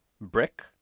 Brick